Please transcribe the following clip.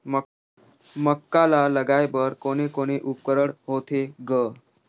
मक्का ला लगाय बर कोने कोने उपकरण होथे ग?